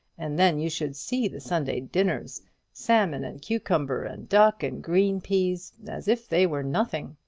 and then you should see the sunday dinners salmon and cucumber, and duck and green peas, as if they were nothing.